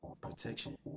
protection